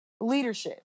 leadership